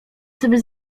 sobie